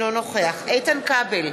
אינו נוכח איתן כבל,